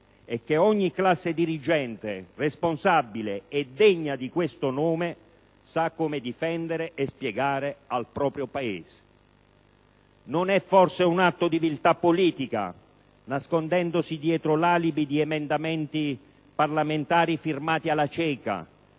e che ogni classe dirigente responsabile e degna di questo nome sa come difendere e spiegare al proprio Paese. Non è forse un atto di viltà politica, nascondendosi dietro l'alibi di emendamenti parlamentari firmati alla cieca,